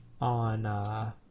on